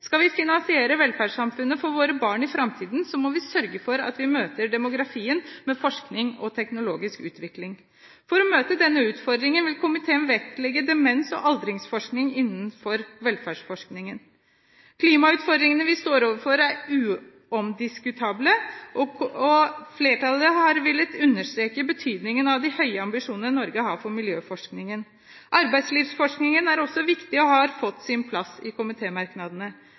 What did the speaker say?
Skal vi finansiere velferdssamfunnet for våre barn i framtiden, må vi sørge for at vi møter demografien med forskning og teknologisk utvikling. For å møte denne utfordringen vil komiteen vektlegge demens og aldringsforskning innenfor helse- og velferdsforskningen. Klimautfordringene vi står overfor, er udiskutable. Flertallet har villet understreke betydningen av de høye ambisjonene Norge har for miljøforskningen. Arbeidslivsforskningen er også viktig og har fått sin plass i